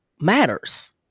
matters